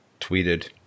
tweeted